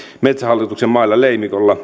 metsähallituksen mailla leimikolla